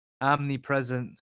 omnipresent